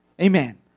Amen